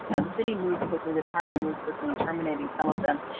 and the city moved quickly, the department moved quickly in terminating some of them.